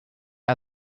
are